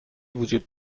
وجود